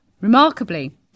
Remarkably